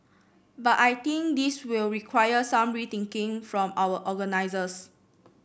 but I think this will require some rethinking from our organisers